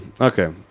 Okay